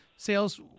sales